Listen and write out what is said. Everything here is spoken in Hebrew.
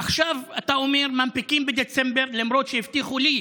עכשיו אתה אומר שמנפיקים בדצמבר, למרות שהבטיחו לי